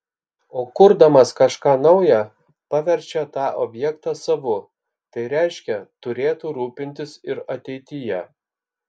o kurdamas kažką nauja paverčia tą objektą savu tai reiškia turėtų rūpintis ir ateityje